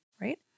Right